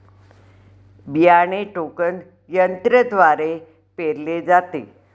बियाणे टोकन यंत्रद्वारे पेरले जाते